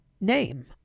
name